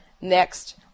next